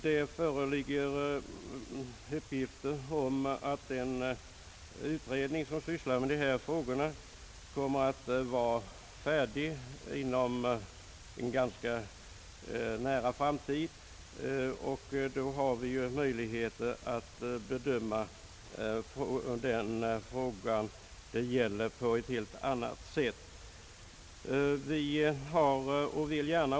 Det föreligger uppgifter om att den nu tillsatta utredningen som skall syssla med dessa frågor kommer att bli färdig med sitt arbete inom en ganska snar framtid, och då får vi ju möjlighet att på ett helt annat sätt bedöma denna fråga.